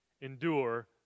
Endure